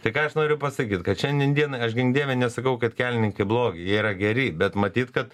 tai ką aš noriu pasakyt kad šiandien dienai aš gink dieve nesakau kad kelininkai blogi jie yra geri bet matyt kad